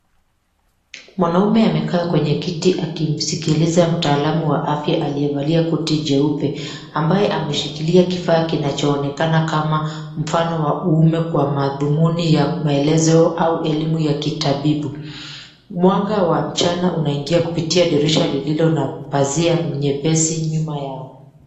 Mwanaume amekaa kwenye kiti akimsikiliza mtaalamu wa afya aliyevalia koti jeupe ambaye ameshikilia kifaa kinachoonekana kama mfano wa ume kwa madhumuni ya maelezo au elimu ya kitabu. Mwanga wa mchana unaingia kupitia dirisha lililo na pazia nyepesi nyuma yao.